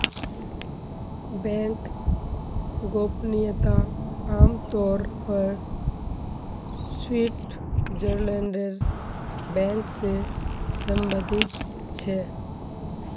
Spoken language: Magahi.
बैंक गोपनीयता आम तौर पर स्विटज़रलैंडेर बैंक से सम्बंधित छे